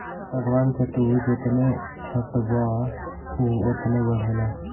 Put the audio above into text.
सागवान के तू जेतने छठबअ उ ओतने बढ़ेला